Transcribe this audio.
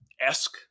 esque